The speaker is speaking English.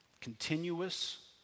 continuous